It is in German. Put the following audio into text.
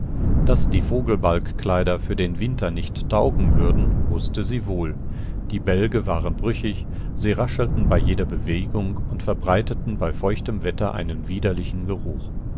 daß die vogelbalgkleider für den winter nicht taugen würden wußte sie wohl die bälge waren brüchig sie raschelten bei jeder bewegung und verbreiteten bei feuchtem wetter einen widerlichen geruch